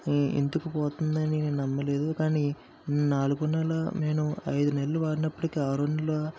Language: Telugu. ఇంకిపోతుందని నేను నమ్మలేదు కానీ నాలుగు నెల నేను ఐదు నెలలు వాడినప్పటికీ ఆరో నెల